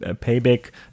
Payback